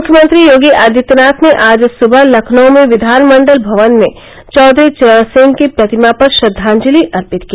मुख्यमंत्री योगी आदित्यनाथ ने आज सुबह लखनऊ में विधानमण्डल भवन में चौधरी चरण सिंह की प्रतिमा पर श्रद्वांजलि अर्पित की